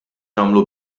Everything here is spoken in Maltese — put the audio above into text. nagħmlu